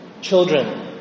Children